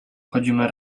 chodzimy